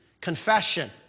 Confession